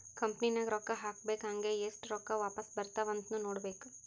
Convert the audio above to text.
company ನಾಗ್ ರೊಕ್ಕಾ ಹಾಕ್ಬೇಕ್ ಹಂಗೇ ಎಸ್ಟ್ ರೊಕ್ಕಾ ವಾಪಾಸ್ ಬರ್ತಾವ್ ಅಂತ್ನು ನೋಡ್ಕೋಬೇಕ್